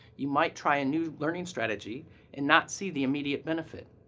you might try a new learning strategy and not see the immediate benefit.